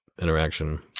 interaction